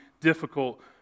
difficult